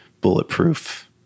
bulletproof